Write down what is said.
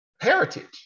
heritage